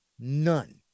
None